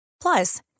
Plus